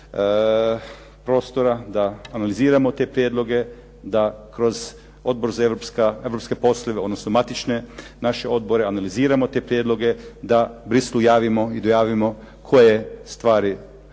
da analiziramo te prijedloge, da kroz Odbor za europske poslove odnosno matične naše odbore, analiziramo te prijedloge, da Bruxellesu javimo i dojavimo koje stvari su po